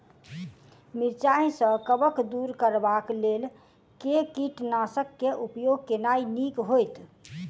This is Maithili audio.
मिरचाई सँ कवक दूर करबाक लेल केँ कीटनासक केँ उपयोग केनाइ नीक होइत?